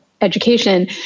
education